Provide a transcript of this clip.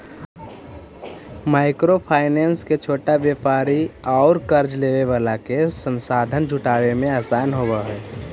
micro finance से छोटा व्यापारि औउर कर्ज लेवे वाला के संसाधन जुटावे में आसान होवऽ हई